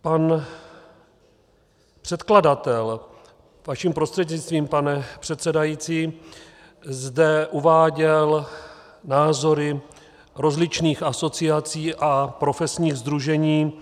Pan předkladatel, vaším prostřednictvím, pane předsedající, zde uváděl názory rozličných asociací a profesních sdružení.